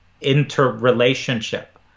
interrelationship